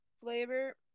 flavor